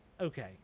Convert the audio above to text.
okay